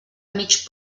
mig